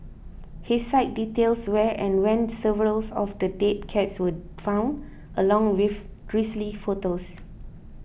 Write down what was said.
his site details where and when several of the dead cats were found along with grisly photos